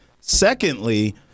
Secondly